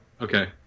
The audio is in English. Okay